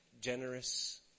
generous